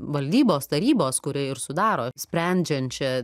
valdybos tarybos kuri ir sudaro sprendžiančią